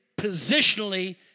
positionally